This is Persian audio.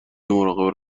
مراقب